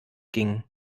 gingen